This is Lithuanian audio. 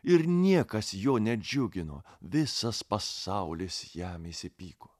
ir niekas jo nedžiugino visas pasaulis jam įsipyko